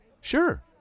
Sure